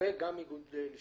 בניגוד לאינטרס